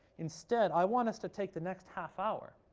instead, i want us to take the next half hour,